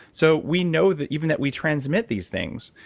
so, we know that, even that we transmit these things.